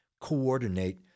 coordinate